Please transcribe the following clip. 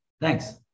Thanks